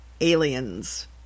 Aliens